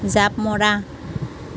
জাঁপ মৰা